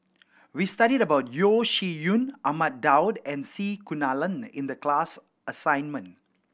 we studied about Yeo Shih Yun Ahmad Daud and C Kunalan in the class assignment